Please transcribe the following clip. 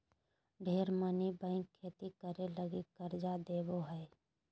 ढेर मनी बैंक खेती करे लगी कर्ज देवो हय